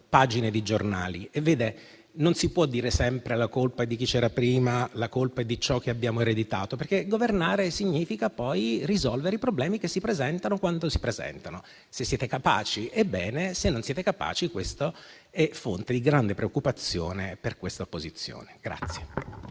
pagine di giornali. Non si può dire sempre che la colpa è di chi c'era prima e di ciò che abbiamo ereditato, perché governare significa risolvere i problemi che si presentano quando si presentano, se si è capaci di farlo. Ebbene, se non ne siete capaci, questo è fonte di grande preoccupazione per questa opposizione.